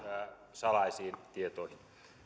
salaisiin tietoihin